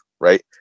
right